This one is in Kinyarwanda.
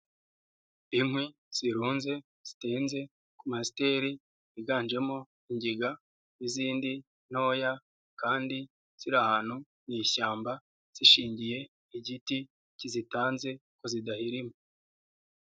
Inkwi zirunze zitinze ku masiteri ziganjemo ingiga n'izindi ntoya kandi ziri ahantu mu ishyamba zishingiye igiti kizitanze ngo zidahirima.